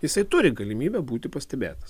jisai turi galimybę būti pastebėtas